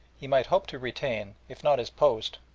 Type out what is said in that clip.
he might hope to retain, if not his post,